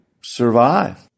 survive